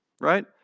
right